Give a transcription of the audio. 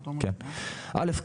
שמייעד את